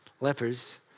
lepers